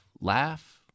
laugh